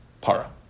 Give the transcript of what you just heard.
Para